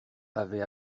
avait